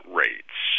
rates